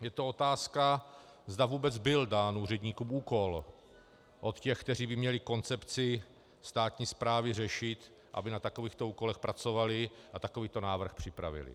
Je to otázka, zda vůbec byl dán úředníkům úkol od těch, kteří by měli koncepci státní správy řešit, aby na takovýchto úkolech pracovali a takovýto návrh připravili.